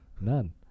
none